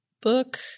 book